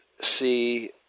see